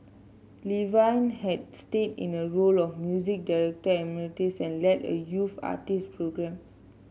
Levine had stayed in a role of music director emeritus and led a youth artist program